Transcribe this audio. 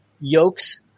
yokes